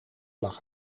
lag